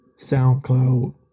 SoundCloud